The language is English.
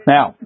Now